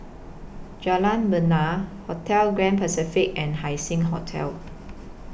Jalan Bena Hotel Grand Pacific and Haising Hotel